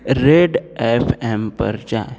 red F M पर जाएँ